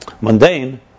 mundane